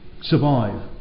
survive